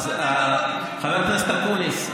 חבר הכנסת אקוניס,